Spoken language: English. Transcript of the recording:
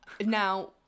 Now